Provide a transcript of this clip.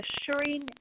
assuring